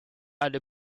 other